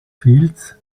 fields